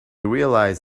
realize